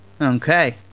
Okay